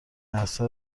عسل